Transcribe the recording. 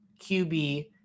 QB